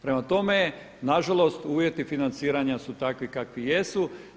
Prema tome, na žalost uvjeti financiranja su takvi kakvi jesu.